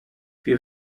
wir